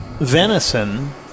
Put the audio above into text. venison